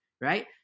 Right